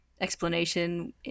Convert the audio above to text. explanation